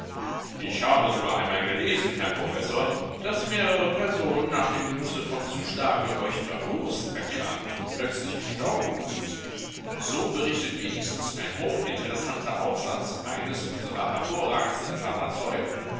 ich habe sogar einmal gelesen herr professor daß mehrere personen nach dem genusse von zu stark geräucherter wurst erkrankt und plötzlich gestorben sind so berichtet wenigstens ein hochinteressanter aufsatz eines unserer hervorragendsten